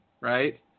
right